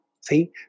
See